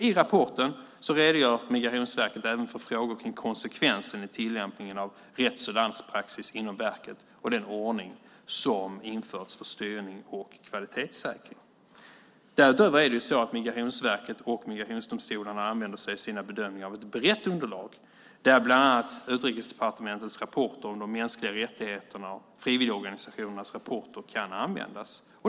I rapporten redogör Migrationsverket även för frågor kring konsekvensen i tillämpningen av rätts och landspraxis inom verket och den ordning som införts för styrning och kvalitetssäkring. Därutöver är det så att Migrationsverket och migrationsdomstolarna i sina bedömningar använder sig av ett brett underlag där bland annat Utrikesdepartementets rapporter om de mänskliga rättigheterna och frivilligorganisationernas rapporter kan användas.